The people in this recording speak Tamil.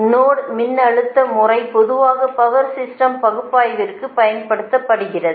நோடு மின்னழுத்த முறை பொதுவாக பவா் சிஸ்டம் பகுப்பாய்விற்குப் பயன்படுத்தப்படுகிறது